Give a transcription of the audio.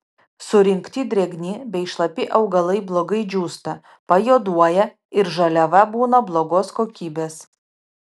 surinkti drėgni bei šlapi augalai blogai džiūsta pajuoduoja ir žaliava būna blogos kokybės